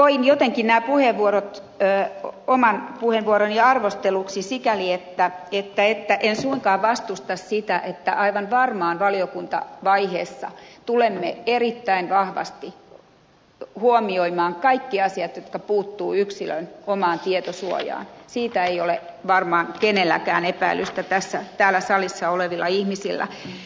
koin jotenkin nämä puheenvuorot oman puheenvuoroni arvosteluksi mutta en suinkaan vastusta sitä että aivan varmaan valiokuntavaiheessa tulemme erittäin vahvasti huomioimaan kaikki asiat jotka puuttuvat yksilön omaan tietosuojaan mistä ei ole varmaan epäilystä keillään täällä salissa olevilla ihmisillä